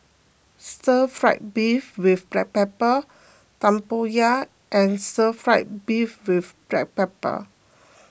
Stir Fried Beef with Black Pepper Tempoyak and Stir Fried Beef with Black Pepper